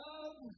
Love